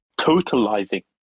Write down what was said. totalizing